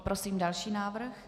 Prosím další návrh.